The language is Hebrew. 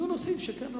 יהיו נושאים שכן,